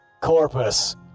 Corpus